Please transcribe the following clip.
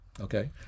okay